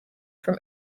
from